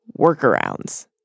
workarounds